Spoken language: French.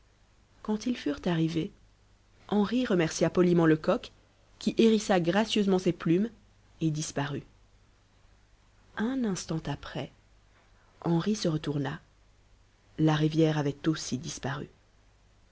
quand ils furent arrivés henri remercia poliment le coq qui hérissa gracieusement ses plumes et disparut un instant après henri se retourna la rivière avait aussi disparu